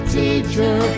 teacher